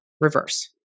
reverse